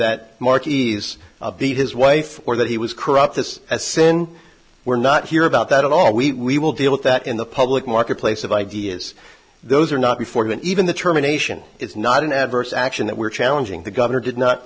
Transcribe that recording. that marquees beat his wife or that he was corrupt this as sin we're not here about that at all we will deal with that in the public marketplace of ideas those are not reform and even the terminations is not an adverse action that we're challenging the governor did not